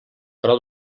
però